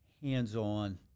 hands-on